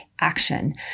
action